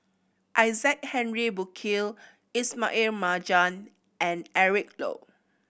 Isaac Henry Burkill Ismail Marjan and Eric Low